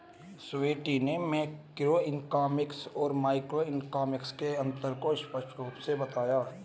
स्वीटी ने मैक्रोइकॉनॉमिक्स और माइक्रोइकॉनॉमिक्स के अन्तर को स्पष्ट रूप से बताया